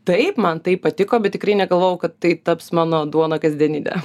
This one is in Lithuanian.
taip man tai patiko bet tikrai negalvojau kad tai taps mano duona kasdienine